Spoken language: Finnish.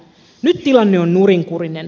nyt tilanne on nurinkurinen